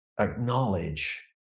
acknowledge